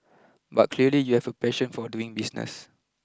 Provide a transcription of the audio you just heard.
but clearly you have a passion for doing business